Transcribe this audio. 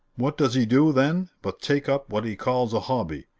what does he do, then, but take up what he calls a hobby!